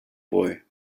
boy